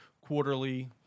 quarterly